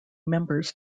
members